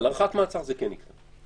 על הארכת מעצר זה כן יקרה.